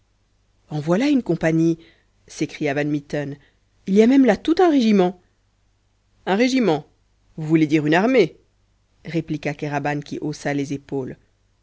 en voilà une compagnie s'écria van mitten il y a même là tout un régiment un régiment vous voulez dire une armée répliqua kéraban qui haussa les épaules